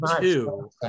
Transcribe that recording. two